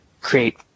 create